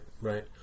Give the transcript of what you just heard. right